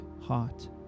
heart